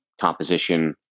composition